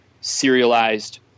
serialized